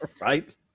Right